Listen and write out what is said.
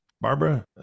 Barbara